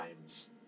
times